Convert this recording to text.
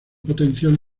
potencial